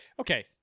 Okay